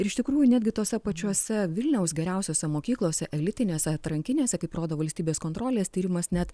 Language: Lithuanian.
ir iš tikrųjų netgi tose pačiuose vilniaus geriausiose mokyklose elitinėse atrankinėse kaip rodo valstybės kontrolės tyrimas net